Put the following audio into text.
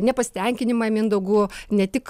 nepasitenkinimą mindaugu ne tik